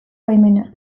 baimena